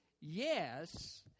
yes